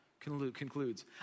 concludes